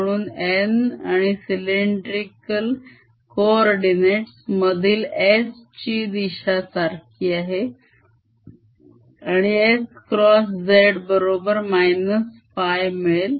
म्हणून n आणि cylindrical coordinates मधील s ची दिशा सारखी आहे आणि S x z बरोबर -φ मिळेल